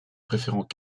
préférant